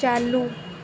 चालू